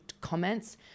comments